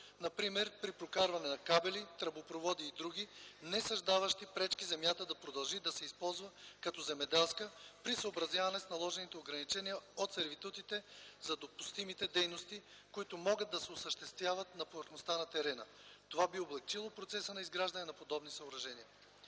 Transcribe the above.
например при прокарване на кабели, тръбопроводи и други, несъздаващи пречки земята да продължи да се използва като земеделска, при съобразяване с наложените ограничения от сервитутите за допустимите дейности, които могат да се осъществяват на повърхността на терена. Това би облекчило процеса на изграждане на подобни съоръжения.